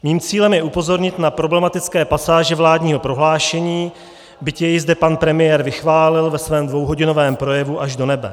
Mým cílem je upozornit na problematické pasáže vládního prohlášení, byť jej zde pan premiér vychválil ve svém dvouhodinovém projevu až do nebe.